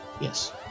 Yes